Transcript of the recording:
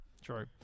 True